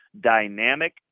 dynamic